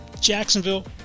jacksonville